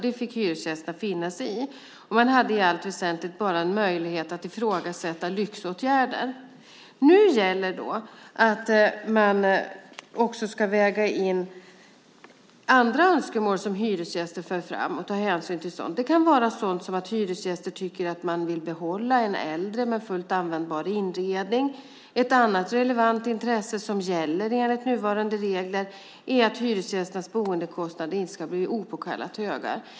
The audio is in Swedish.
Det fick hyresgästerna finna sig i. Man hade i allt väsentligt bara möjlighet att ifrågasätta lyxåtgärder. Nu gäller att man också ska väga in och ta hänsyn till andra önskemål som hyresgäster för fram. Det kan vara sådant som att hyresgäster tycker att de vill behålla en äldre men fullt användbar inredning. Ett annat relevant intresse som gäller enligt nuvarande regler är att hyresgästernas boendekostnader inte ska bli opåkallat höga.